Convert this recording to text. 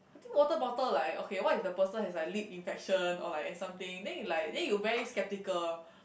I think water bottle like okay what if the person has like lip infection or like something then you like then you very skeptical